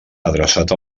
adreçats